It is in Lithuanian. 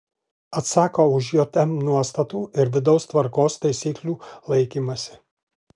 atsako už jm nuostatų ir vidaus tvarkos taisyklių laikymąsi